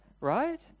Right